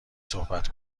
صحبت